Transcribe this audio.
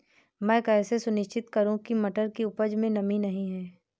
मैं कैसे सुनिश्चित करूँ की मटर की उपज में नमी नहीं है?